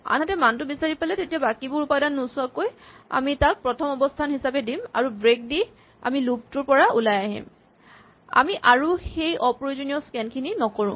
আনহাতে মানটো বিচাৰি পালে তেতিয়া বাকীবোৰ উপাদান নোচোৱাকৈ আমি তাক প্ৰথম অৱস্হান হিচাপে দিম আৰু ব্ৰেক দি আমি লুপ টোৰ পৰা ওলাই আহিম আমি আৰু সেই অপ্ৰয়োজনীয় স্কেন খিনি নকৰো